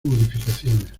modificaciones